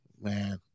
man